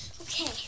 Okay